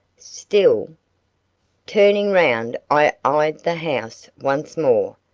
still turning round i eyed the house once more.